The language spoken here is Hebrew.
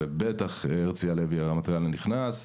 ובטח הרצי הלוי הרמטכ"ל הנכנס,